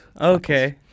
Okay